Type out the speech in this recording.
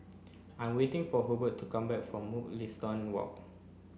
I waiting for Hubert to come back from Mugliston Walk